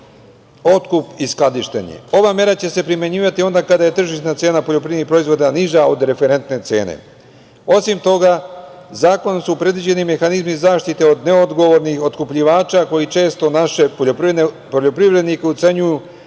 otkup i skladištenje. Ova mera će se primenjivati onda kada je tržišna cena poljoprivrednih proizvoda niža od referentne cene. Osim toga, zakonom su predviđeni mehanizmi zaštite od neodgovornih otkupljivača koji često naše poljoprivrednike ucenjuju